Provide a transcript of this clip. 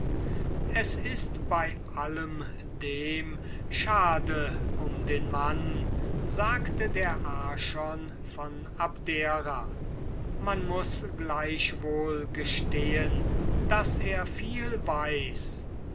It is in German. es ist bei allem dem schade um den mann sagte der archon von abdera man muß gleichwohl gestehen daß er viel weiß